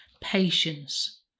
Patience